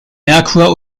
merkur